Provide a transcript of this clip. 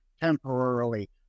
temporarily